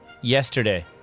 yesterday